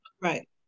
Right